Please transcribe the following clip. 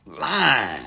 lying